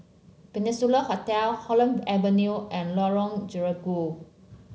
Peninsula Hotel Holland Avenue and Lorong Gerigu